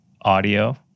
audio